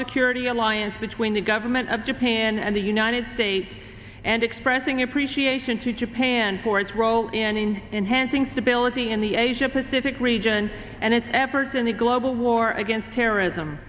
security alliance between the government of japan and the united states and expressing appreciation to japan for its role in enhancing stability in the asia pacific region and its efforts in the global war against terrorism